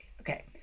okay